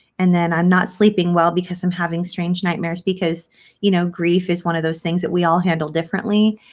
and then i'm not sleeping well because i'm having strange nightmares because you know grief is one of those things that we all handle differently.